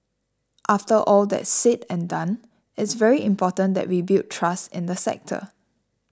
after all that's said and done it's very important that we build trust in the sector